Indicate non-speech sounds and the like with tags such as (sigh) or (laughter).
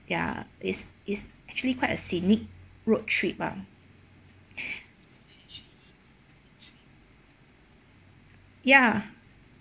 ya is is actually quite a scenic roadtrip ah (breath) ya